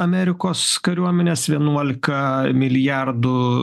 amerikos kariuomenės vienuolika milijardų